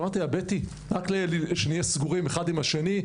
אמרתי לה- בטי רק שנהיה סגורים אחד עם השני.